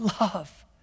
Love